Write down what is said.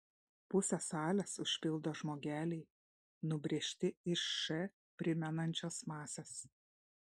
pusę salės užpildo žmogeliai nubrėžti iš š primenančios masės